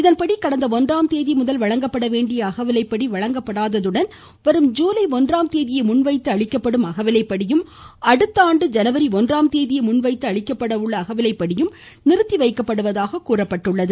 இதன்படி கடந்த ஒன்றாம் தேதி முதல் வழங்கப்பட வேண்டிய அகவிலைப்படி வழங்கப்படாததுடன் வரும் ஜீலை ஒன்றாம் தேதியை முன்வைத்து அளிக்கப்படும் அகவிலைப்படியும் அடுத்தாண்டு ஜனவரி ஒன்றாம் தேதியை முன்வைத்து அளிக்கப்படும் அகவிலைப்படியும் நிறுத்தி வைக்கப்படுவதாக கூறப்பட்டுள்ளது